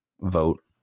vote